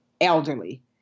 elderly